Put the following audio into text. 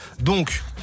donc